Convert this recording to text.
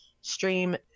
stream